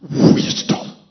wisdom